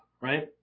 Right